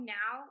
now